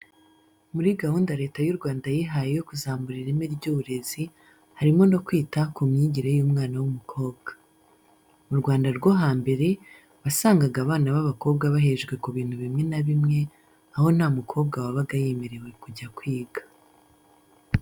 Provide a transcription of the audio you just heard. Muri gahunda Leta y'u Rwanda yihaye yo kuzamura ireme ry'uburezi, harimo no kwita ku myigire y'umwana w'umukobwa. Mu Rwanda rwo hambere wasangaga abana b'abakobwa bahejwe ku bintu bimwe na bimwe, aho nta mukobwa wabaga yemerewe kujya kwiga.